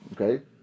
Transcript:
Okay